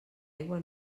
aigua